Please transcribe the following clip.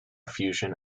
fusion